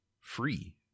free